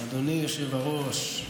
אדוני היושב-ראש,